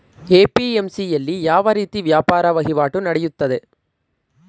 APMC ಯಲ್ಲಿ ಯಾವ ರೀತಿ ವ್ಯಾಪಾರ ವಹಿವಾಟು ನೆಡೆಯುತ್ತದೆ?